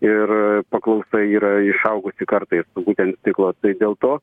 ir paklausa yra išaugusi kartais būtent stiklo tai dėl to